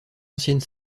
ancienne